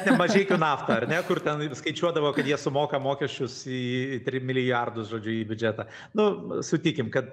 ne mažeikių nafta ar ne kur ten ir skaičiuodavo kad jie sumoka mokesčius į trim milijardus žodžiu į biudžetą nu sutikim kad